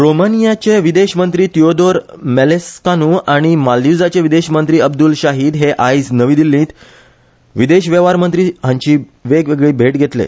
रोमानीयाचे विदेश मंत्री तिओदोर मॅलेसकानु आनी माल्दीज्सचे विदेशमंत्री अब्द्रला शाहिद हे आयज नवी दिल्लींत विदेश वेव्हार मंत्री हांची वेगवेगळी भेट घेतले